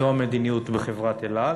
זו המדיניות בחברת "אל על".